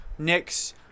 Nyx